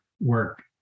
work